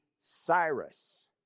Cyrus